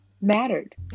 mattered